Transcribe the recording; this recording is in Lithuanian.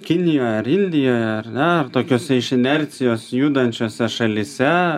kinijoj ar indijoje ar ne ar tokiose iš inercijos judančiose šalyse